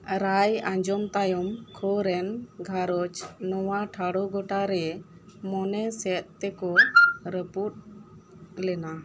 ᱨᱟᱭ ᱟᱸᱡᱚᱢ ᱛᱟᱭᱚᱢ ᱠᱷᱳᱨᱮᱱ ᱜᱷᱟᱨᱚᱸᱡᱽ ᱱᱚᱣᱟ ᱴᱷᱟᱲᱚᱜᱚᱴᱟ ᱨᱮ ᱢᱚᱱᱮ ᱥᱮᱫ ᱛᱮᱠᱚ ᱨᱟᱹᱯᱩᱫ ᱞᱮᱱᱟ